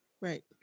right